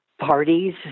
parties